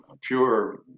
pure